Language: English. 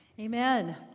Amen